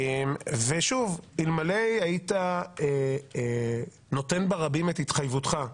אלמלא היית נותן ברבים את התחייבותך,